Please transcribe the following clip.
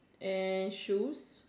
eh shoes